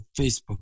Facebook